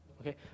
okay